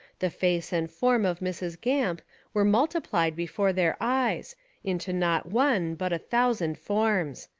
the face and form of mrs. gamp were multiplied before their eyes into not one but a thousand forms.